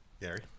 Gary